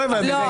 לא הבנתי.